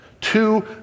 two